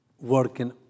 working